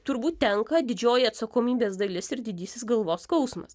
turbūt tenka didžioji atsakomybės dalis ir didysis galvos skausmas